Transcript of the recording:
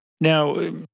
Now